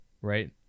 right